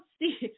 see